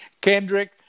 Kendrick